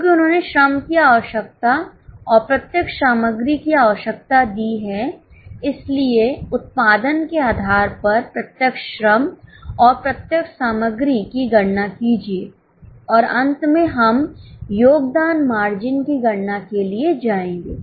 क्योंकि उन्होंने श्रम की आवश्यकता और प्रत्यक्ष सामग्री की आवश्यकता दी है इसलिए उत्पादन के आधार पर प्रत्यक्ष श्रम और प्रत्यक्ष सामग्री की गणना कीजिए और अंत में हम योगदान मार्जिन की गणना के लिए जाएंगे